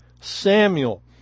Samuel